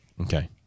Okay